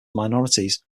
minorities